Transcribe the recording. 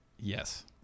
yes